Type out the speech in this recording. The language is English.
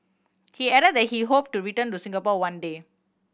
he add that he hope to return to Singapore one day